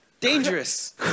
Dangerous